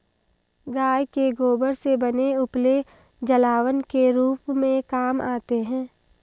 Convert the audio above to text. गाय के गोबर से बने उपले जलावन के रूप में काम आते हैं